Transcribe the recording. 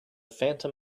phantom